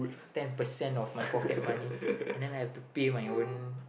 ten percent of my pocket money and then I have to pay my own